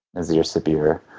nazir sabir,